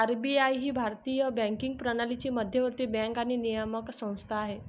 RBI ही भारतीय banking प्रणालीची मध्यवर्ती बँक आणि नियामक संस्था आहे